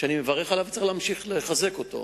אני מברך עליו וצריך להמשיך לחזק אותו.